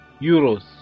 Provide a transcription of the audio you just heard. euros